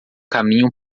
caminho